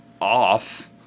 off